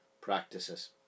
practices